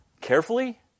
carefully